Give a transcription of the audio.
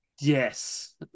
Yes